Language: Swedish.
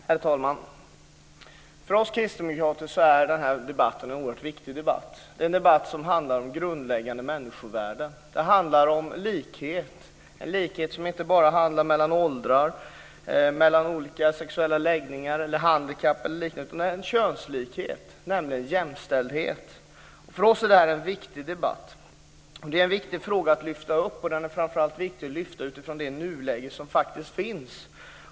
Herr talman! För oss kristdemokrater är den här debatten oerhört viktig. Den handlar om grundläggande människovärde. Den handlar om en likhet som gäller inte bara mellan åldrar, olika sexuella läggningar, handikapp och liknande utan en könslikhet och en könsjämställdhet. För oss är det här en viktig fråga att lyfta fram, framför allt utifrån det nuläge som faktiskt finns.